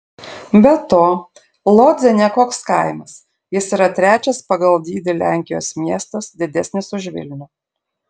be to lodzė ne koks kaimas jis yra trečias pagal dydį lenkijos miestas didesnis už vilnių